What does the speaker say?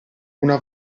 una